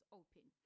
open